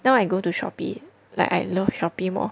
now I go to Shopee like I love Shopee more